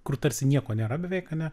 kur tarsi nieko nėra beveik ane